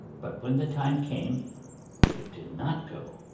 but when the time came they did not go,